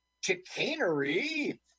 Chicanery